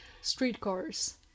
Streetcars